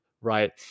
right